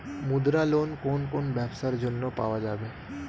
মুদ্রা লোন কোন কোন ব্যবসার জন্য পাওয়া যাবে?